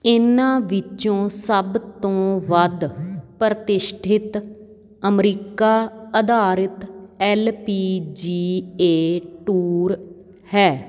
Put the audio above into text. ਇਨ੍ਹਾਂ ਵਿੱਚੋਂ ਸਭ ਤੋਂ ਵੱਧ ਪ੍ਰਤਿਸ਼ਠਿਤ ਅਮਰੀਕਾ ਅਧਾਰਿਤ L P G A tour ਹੈ